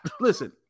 Listen